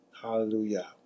Hallelujah